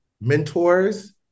mentors